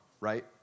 right